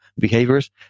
behaviors